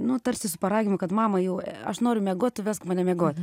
nu tarsi su paraginimu kad mama jau aš noriu miegot tu vesk mane miegot